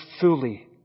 fully